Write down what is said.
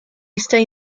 stay